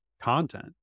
content